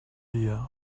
dia